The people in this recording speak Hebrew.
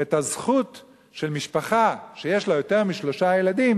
את הזכות של משפחה שיש לה יותר משלושה ילדים,